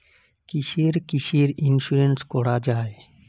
কিসের কিসের ইন্সুরেন্স করা যায়?